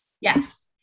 Yes